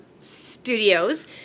Studios